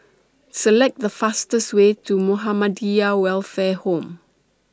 Select The fastest Way to Muhammadiyah Welfare Home